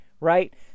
Right